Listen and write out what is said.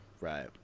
right